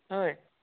हय